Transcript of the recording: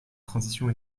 transition